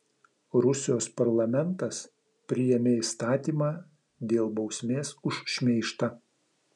rusijos parlamentas priėmė įstatymą dėl bausmės už šmeižtą